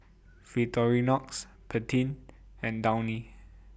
Victorinox Pantene and Downy